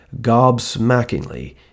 gobsmackingly